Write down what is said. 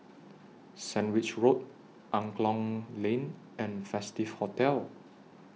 Sandwich Road Angklong Lane and Festive Hotel